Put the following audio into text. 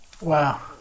Wow